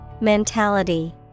Mentality